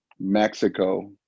Mexico